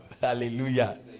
hallelujah